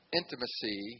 intimacy